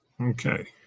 okay